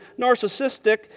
narcissistic